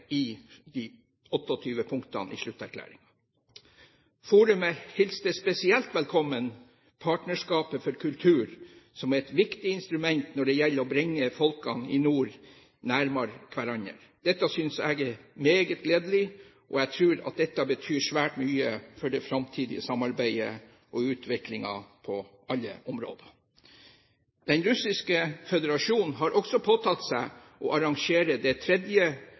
i de 28 punktene i slutterklæringen. Forumet hilste spesielt velkommen partnerskapet for kultur, som er et viktig instrument når det gjelder å bringe folkene i nord nærmere hverandre. Dette synes jeg er meget gledelig. Jeg tror at dette betyr svært mye for det framtidige samarbeidet og utviklingen på alle områder. Den russiske føderasjon har også påtatt seg å arrangere det tredje